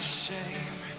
shame